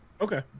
Okay